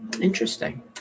Interesting